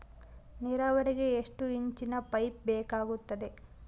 ನೇರಾವರಿಗೆ ಎಷ್ಟು ಇಂಚಿನ ಪೈಪ್ ಬೇಕಾಗುತ್ತದೆ?